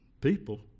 people